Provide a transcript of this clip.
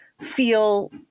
feel